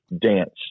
dance